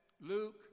Luke